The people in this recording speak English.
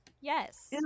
Yes